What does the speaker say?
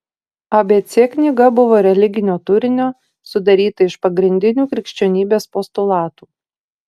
abc knyga buvo religinio turinio sudaryta iš pagrindinių krikščionybės postulatų